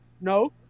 No